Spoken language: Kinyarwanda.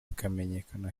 bikamenyekana